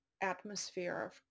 atmosphere